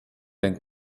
den